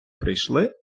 прийшли